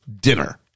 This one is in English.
dinner